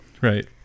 right